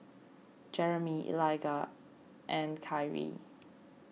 Jeremie Eliga and Kyree